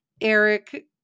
Eric